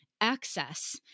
access